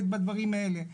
בי"ת בדברים האלה.